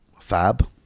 Fab